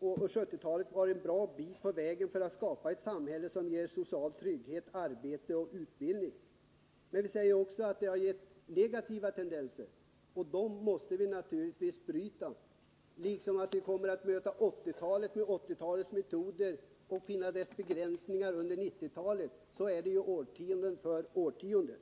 1970-talet varit en bra bit på väg för att skapa ett samhälle som ger social trygghet, arbete och utbildning. Men vi säger också att det funnits negativa tendenser, och de måste naturligtvis brytas. Liksom det varit förut kommer vi att möta 1980-talet med 1980-talets metoder och finna deras begränsningar under 1990-talet — så är det årtionde efter årtionde.